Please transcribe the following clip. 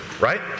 right